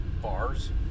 Bars